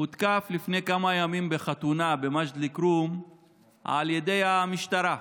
הותקף לפני כמה ימים בחתונה במג'ד אל-כרום על ידי המשטרה.